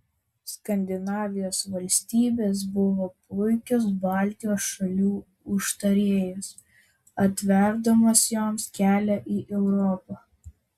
skandinavijos valstybės buvo puikios baltijos šalių užtarėjos atverdamos joms kelią į europą